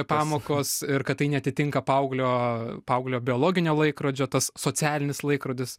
pamokos ir kad tai neatitinka paauglio paauglio biologinio laikrodžio tas socialinis laikrodis